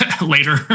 later